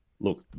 look